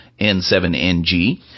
N7NG